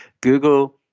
Google